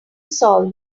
solve